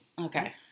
Okay